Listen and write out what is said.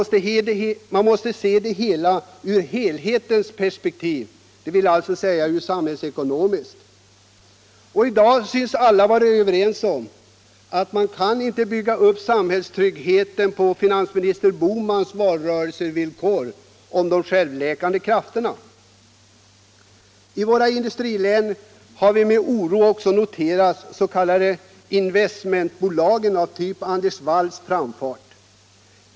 Situationen måste ses ur helhetens perspektiv, dvs. från samhällsekonomisk synpunkt. I dag synes alla vara överens om att man inte kan bygga samhällstryggheten på finansminister Bohmans valrörelsetes om ”de självläkande krafterna”. I våra industrilän har vi med oro noterat de s.k. investmentbolagens, typ Anders Wall, framfart.